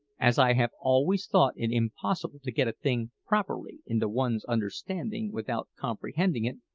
as i have always thought it impossible to get a thing properly into one's understanding without comprehending it,